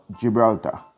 Gibraltar